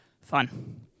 fun